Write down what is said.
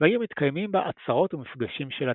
והיו מתקיימים בה עצרות ומפגשים של התנועה.